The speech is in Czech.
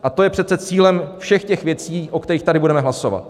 A to je přece cílem všech těch věcí, o kterých tady budeme hlasovat.